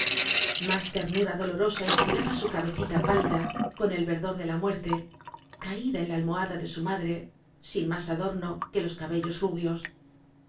ter nura dolorosa inspiraba su cabecita pálida con el verdor de la muerte caída en la almo hada de su madre sin más adorno que los cabellos rubios